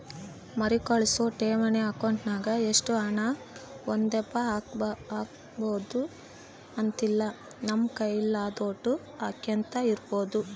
ಮರುಕಳಿಸೋ ಠೇವಣಿ ಅಕೌಂಟ್ನಾಗ ಒಷ್ಟು ಹಣ ಒಂದೇದಪ್ಪ ಹಾಕ್ಬಕು ಅಂತಿಲ್ಲ, ನಮ್ ಕೈಲಾದೋಟು ಹಾಕ್ಯಂತ ಇರ್ಬೋದು